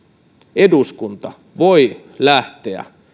eduskunta voi lähteä